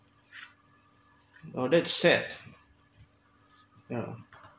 oh that sad yeah